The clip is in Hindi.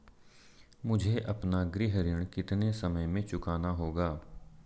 मुझे अपना गृह ऋण कितने समय में चुकाना होगा?